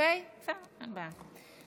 אין בעיה.